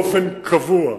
באופן קבוע,